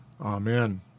Amen